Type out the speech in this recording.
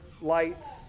lights